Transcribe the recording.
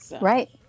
Right